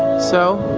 so,